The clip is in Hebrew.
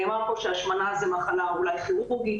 נאמר פה שהשמנה היא מחלה אולי כירורגית,